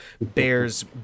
bears